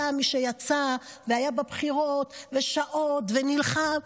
היה מי שיצא והיה בבחירות שעות ונלחם.